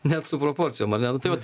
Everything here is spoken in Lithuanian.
net su proporcijom ane nu tai vat